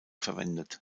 verwendet